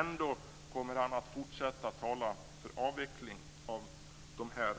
Ändå kommer han att fortsätta att tala för en avveckling av dessa